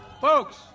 Folks